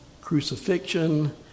Crucifixion